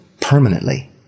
permanently